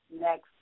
next